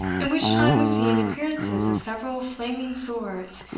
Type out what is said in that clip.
in which time was seen appearances of several flaming swords,